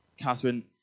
Catherine